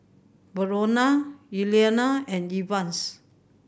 Verona Eliana and Evans